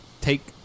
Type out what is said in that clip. take